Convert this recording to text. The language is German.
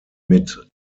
mit